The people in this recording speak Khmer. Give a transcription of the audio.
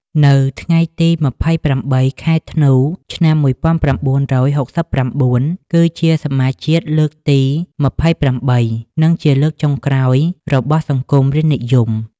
នៅថ្ងៃទី ២៨ ខែធ្នូ ឆ្នាំ ១៩៦៩ គឺជាសមាជជាតិលើកទី ២៨ និងជាលើកចុងក្រោយរបស់សង្គមរាស្ត្រនិយម។